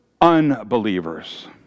unbelievers